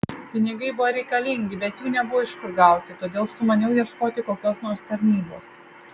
pinigai buvo reikalingi bet jų nebuvo iš kur gauti todėl sumaniau ieškoti kokios nors tarnybos